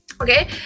okay